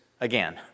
again